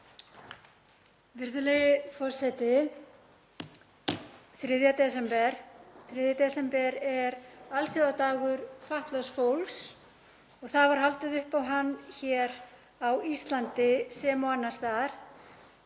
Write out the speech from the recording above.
Virðulegi forseti. 3. desember er alþjóðadagur fatlaðs fólks og það var haldið upp á hann hér á Íslandi sem og annars staðar.